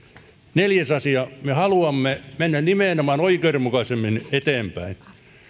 neljäs asia me haluamme mennä nimenomaan oikeudenmukaisemmin eteenpäin